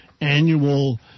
annual